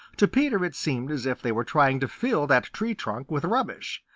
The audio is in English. to peter it seemed as if they were trying to fill that tree trunk with rubbish.